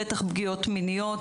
בטח פגיעות מיניות,